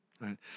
Right